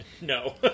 No